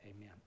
Amen